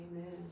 Amen